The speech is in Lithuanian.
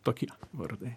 tokie vardai